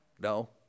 No